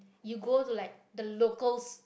you go to like the locals